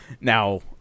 Now